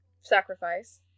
sacrifice